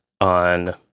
on